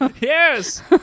Yes